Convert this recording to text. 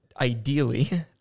ideally